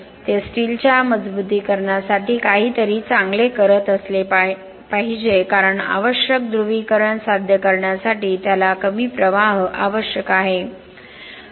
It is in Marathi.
ते स्टीलच्या मजबुतीकरणासाठी काहीतरी चांगले करत असले पाहिजे कारण आवश्यक ध्रुवीकरण साध्य करण्यासाठी त्याला कमी प्रवाह आवश्यक आहे